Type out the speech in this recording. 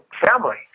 family